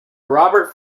robert